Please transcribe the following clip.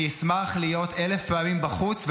אני אשמח להיות אלף פעמים בחוץ,